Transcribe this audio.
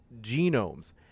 genomes